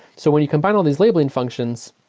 so when you combine all these labeling functions,